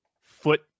foot